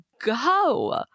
go